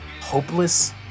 hopeless